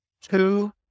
two